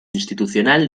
institucional